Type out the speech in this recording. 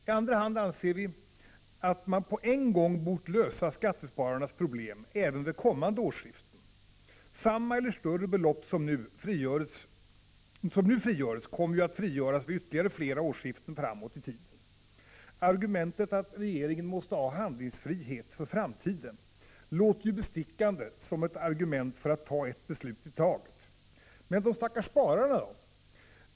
I andra hand anser vi, att man på en gång bort lösa skattespararnas problem även vid kommande årsskiften — samma eller större belopp som nu frigörs kommer ju att frigöras vid ytterligare flera årsskiften framåt i tiden. Argumentet att ”regeringen måste ha handlingsfrihet för framtiden” låter ju bestickande som ett argument för att ta ett beslut i taget. Men de stackars spararna då?